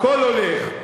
הכול הולך.